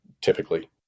Typically